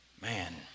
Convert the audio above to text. Man